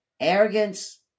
Arrogance